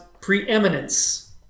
preeminence